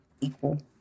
equal